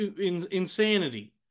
insanity